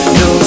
no